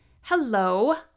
Hello